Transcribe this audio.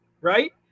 right